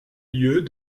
lieux